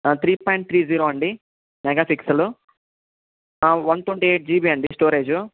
three point three zero అండి mega pixel one twenty eight GB అండి storage